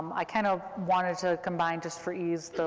i kind of wanted to combine, just for ease,